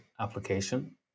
application